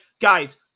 guys